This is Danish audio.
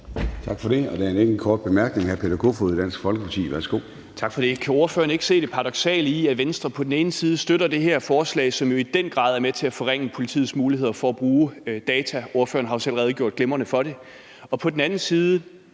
Tak for det. Der er en enkelt kort bemærkning fra hr. Peter Kofod, Dansk Folkeparti. Værsgo. Kl. 09:06 Peter Kofod (DF): Tak for det. Kan ordføreren ikke se det paradoksale i, at Venstre på den ene side støtter det her forslag, som i den grad er med til at forringe politiets muligheder for at bruge data – ordføreren har jo selv redegjort glimrende for det – og at vi på den anden side